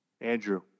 Andrew